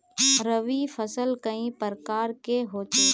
रवि फसल कई प्रकार होचे?